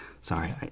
Sorry